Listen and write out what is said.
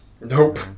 nope